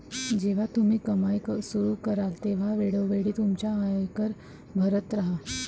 जेव्हा तुम्ही कमाई सुरू कराल तेव्हा वेळोवेळी तुमचा आयकर भरत राहा